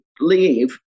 leave